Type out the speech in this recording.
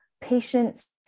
patients